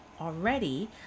already